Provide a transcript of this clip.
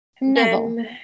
Neville